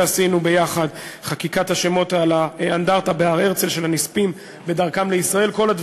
שעשינו ביחד: חקיקת השמות של הנספים בדרכם לישראל על האנדרטה בהר-הרצל.